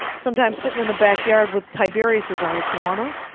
sometimes sitting in the back yard, with. tiberius is our iguana,